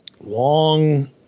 long